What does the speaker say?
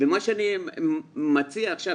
מה שאני מציע עכשיו,